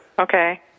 Okay